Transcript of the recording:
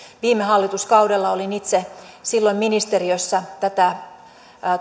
viime hallituskaudella olin itse ministeriössä tätä